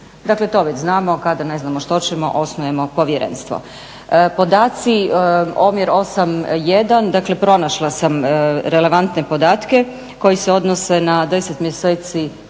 Dakle, to već znamo, kada ne znamo što ćemo osnujemo povjerenstvo. Podaci, omjer 8:1 dakle pronašla sam relevantne podatke koji se odnose na deset mjeseci